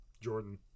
jordan